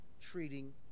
treating